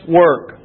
work